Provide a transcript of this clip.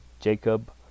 Jacob